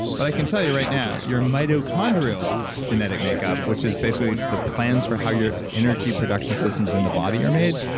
but i can tell you right now your mitochondrial genetic makeup, which is basically the plans for how your energy production systems in the body are made,